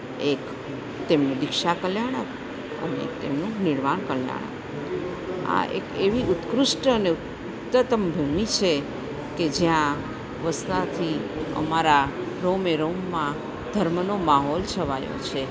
એક તેમનું દીક્ષા કલ્યાણ અને તેમનું નિર્વાણ કલ્યાણ આ એક એવી ઉત્કૃષ્ટ અને ઉત્તતમ ભૂમિ છે કે જ્યાં વસવાથી અમારા રોમે રોમમાં ધર્મનો માહોલ છવાયો છે